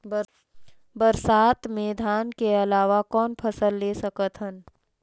बरसात मे धान के अलावा कौन फसल ले सकत हन?